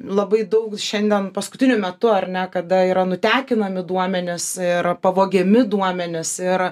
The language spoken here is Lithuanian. labai daug šiandien paskutiniu metu ar ne kada yra nutekinami duomenys ir pavogiami duomenys ir